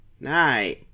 Night